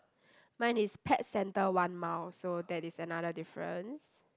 mine is pet centre one miles so that is another difference